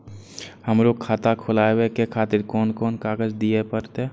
हमरो खाता खोलाबे के खातिर कोन कोन कागज दीये परतें?